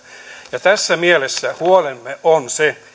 ja tässä mielessä huolemme on se